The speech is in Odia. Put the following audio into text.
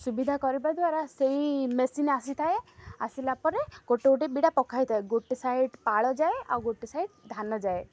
ସୁବିଧା କରିବା ଦ୍ୱାରା ସେଇ ମେସିନ୍ ଆସିଥାଏ ଆସିଲା ପରେ ଗୋଟେ ଗୋଟେ ବିଡ଼ା ପକାଇଥାଏ ଗୋଟେ ସାଇଡ଼୍ ପାଳ ଯାଏ ଆଉ ଗୋଟେ ସାଇଡ଼୍ ଧାନ ଯାଏ